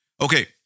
Okay